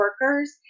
workers